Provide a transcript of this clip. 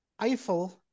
Eiffel